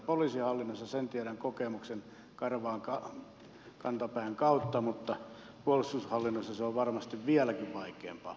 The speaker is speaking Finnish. poliisihallinnosta sen tiedän karvaan kokemuksen ja kantapään kautta mutta puolustushallinnossa se on varmasti vieläkin vaikeampaa